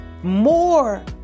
More